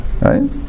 right